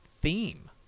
theme